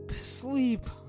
sleep